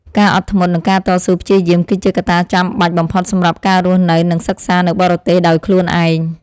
ការអត់ធ្មត់និងការតស៊ូព្យាយាមគឺជាកត្តាចាំបាច់បំផុតសម្រាប់ការរស់នៅនិងសិក្សានៅបរទេសដោយខ្លួនឯង។